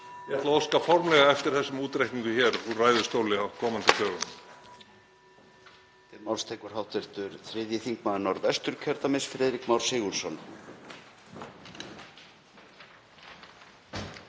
að óska formlega eftir þessum útreikningum hér úr ræðustóli á komandi dögum.